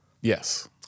Yes